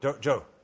Joe